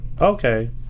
Okay